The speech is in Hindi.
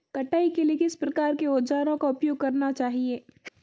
कटाई के लिए किस प्रकार के औज़ारों का उपयोग करना चाहिए?